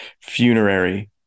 funerary